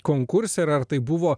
konkurse ir ar tai buvo